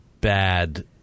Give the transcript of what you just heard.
bad